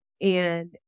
And-